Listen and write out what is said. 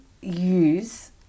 use